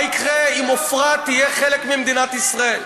מה יקרה אם עופרה תהיה חלק ממדינת ישראל?